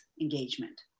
engagement